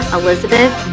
elizabeth